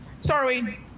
sorry